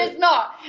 ah not,